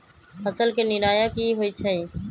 फसल के निराया की होइ छई?